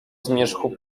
zmierzchu